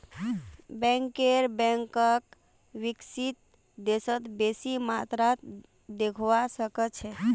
banker बैंकक विकसित देशत बेसी मात्रात देखवा सके छै